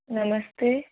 नमस्ते